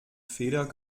feder